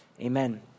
Amen